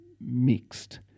mixed